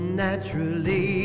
naturally